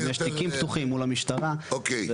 אם יש תיקים פתוחים מול המשטרה וכדומה.